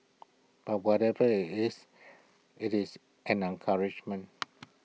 but whatever IT is IT is an encouragement